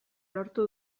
lortu